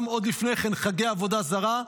גם עוד לפני כן, בחגי עבודה זרה,